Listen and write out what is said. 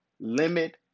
limit